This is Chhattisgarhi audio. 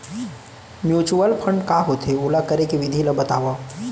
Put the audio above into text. म्यूचुअल फंड का होथे, ओला करे के विधि ला बतावव